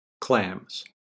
clams